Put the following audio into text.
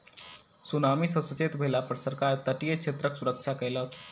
tsunami सॅ सचेत भेला पर सरकार तटीय क्षेत्रक सुरक्षा कयलक